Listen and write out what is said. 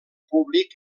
públic